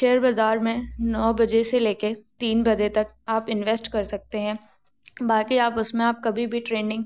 share बाज़ार में नौ बजे से लेकर तीन बजे तक आप इन्वेस्ट कर सकते हैं बाकी आप उसमे आप कभी भी ट्रेंडिंग